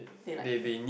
they like